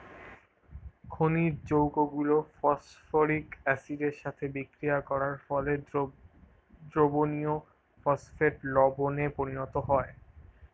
খনিজ যৌগগুলো ফসফরিক অ্যাসিডের সাথে বিক্রিয়া করার ফলে দ্রবণীয় ফসফেট লবণে পরিণত হয়